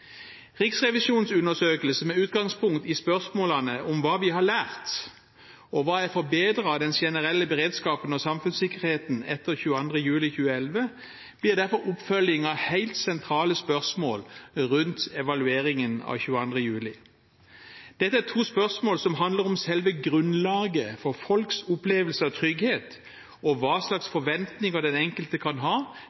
Riksrevisjonens undersøkelse med utgangspunkt i spørsmålene om hva vi har lært, og hva som er forbedret av den generelle beredskapen og samfunnssikkerheten etter 22. juli 2011, blir derfor oppfølging av helt sentrale spørsmål rundt evalueringen av 22. juli. Dette er to spørsmål som handler om selve grunnlaget for folks opplevelse av trygghet, og hva slags forventninger den enkelte kan ha